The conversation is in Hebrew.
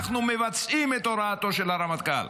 אנחנו מבצעים את הוראתו של הרמטכ"ל.